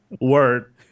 Word